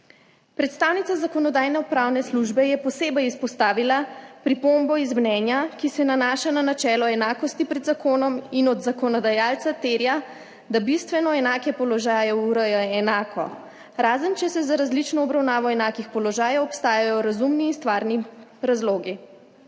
Predstavnica Zakonodajno-pravne službe je posebej izpostavila pripombo iz mnenja, ki se nanaša na načelo enakosti pred zakonom in od zakonodajalca terja, da bistveno enake položaje ureja enako, razen če za različno obravnavo enakih položajev obstajajo razumni in stvarni razlogi.